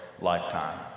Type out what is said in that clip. lifetime